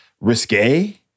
risque